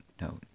no